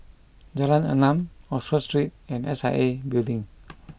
Jalan Enam Oxford Street and S I A Building